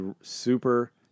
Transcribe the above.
super